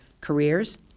careers